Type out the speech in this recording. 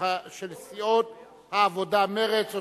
של סיעות העבודה ומרצ,